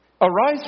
Arise